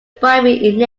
bribery